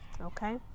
okay